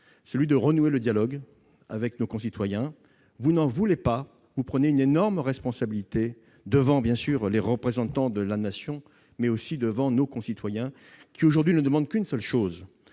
tendent à renouer le dialogue avec nos concitoyens. En n'en voulant pas, vous prenez une énorme responsabilité devant les représentants de la Nation, bien sûr, mais aussi devant nos concitoyens qui, aujourd'hui, ne demandent qu'une seule chose